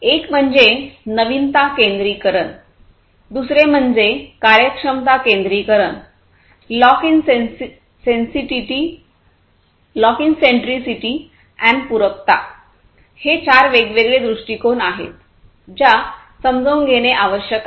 एक म्हणजे नवीनता केंद्रीकरण दुसरे म्हणजे कार्यक्षमता केंद्रीकरण लॉक इन सेंसिटीटी आणि पूरकता हे चार वेगवेगळे दृष्टिकोन आहेत ज्या समजून घेणे आवश्यक आहे